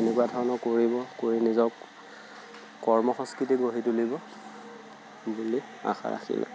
এনেকুৱা ধৰণৰ কৰিব কৰি নিজক কৰ্ম সংস্কৃতি গঢ়ি তুলিব বুলি আশা ৰাখিলো